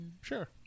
Sure